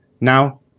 Now